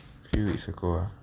few weeks ago ah